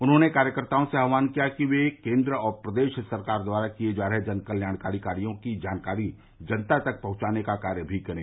उन्होंने कार्यकर्ताओं से आहवान किया कि वे केन्द्र और प्रदेश सरकार द्वारा किये जा रहे जनकल्याणकारी कार्यो की जानकारी जनता तक पहंचाने का कार्य भी करें